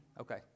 okay